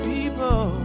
People